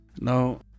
Now